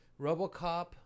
Robocop